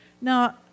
Now